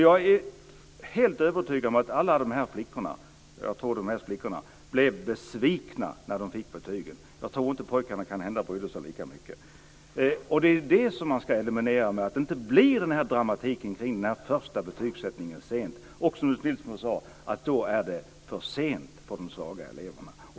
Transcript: Jag är helt övertygad om att alla de här flickorna - jag tror att det mest var flickor - blev besvikna när de fick betygen. Jag tror inte pojkarna brydde sig lika mycket. Det är det man ska eliminera, att det inte blir någon dramatik när den första betygssättningen sker. Som Ulf Nilsson sade är det då för sent för de svaga eleverna.